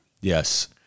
Yes